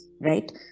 right